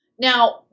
Now